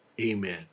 amen